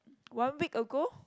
one week ago